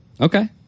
Okay